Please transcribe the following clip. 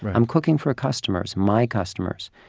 i'm cooking for customers my customers.